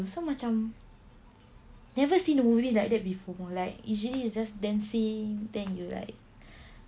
so macam never seen a movie like that before like usually it's just dancing then you like